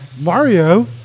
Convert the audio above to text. Mario